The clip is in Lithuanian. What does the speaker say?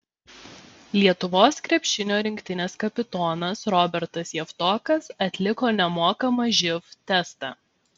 lietuvos krepšinio rinktinės kapitonas robertas javtokas atliko nemokamą živ testą